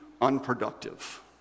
unproductive